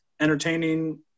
Entertaining